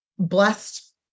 blessed